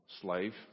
Slave